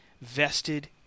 vested